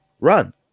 run